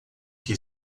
que